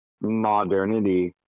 modernity